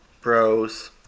Bros